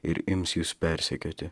ir ims jus persekioti